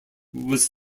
was